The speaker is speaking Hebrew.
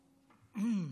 בבקשה.